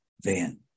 van